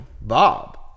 Bob